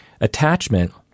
Attachment